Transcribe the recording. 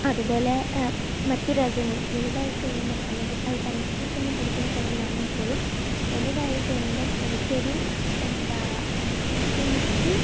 അതുപോലെ മറ്റു രാജ്യങ്ങളിൽ വലുതായിക്കഴിയുമ്പം അല്ലെങ്കിൽ ആ ഒരു ടെൻത്തിലൊക്കെ ഞാൻ പഠിക്കുന്ന ടൈമിൽ ആണെങ്കിൽപ്പോലും വലുതായിക്കഴിയുമ്പം എനിക്കൊരു എന്താ എനിക്ക്